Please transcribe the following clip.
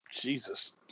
Jesus